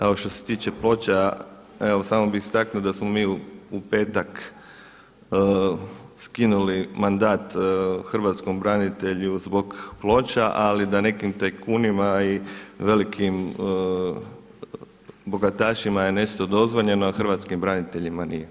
Evo što se tiče ploča evo samo bi istaknuo da smo mi u petak skinuli mandata hrvatskom branitelju zbog ploča a da nekim tajkunima i velikim bogatašima je nešto dozvoljeno a hrvatskim braniteljima nije.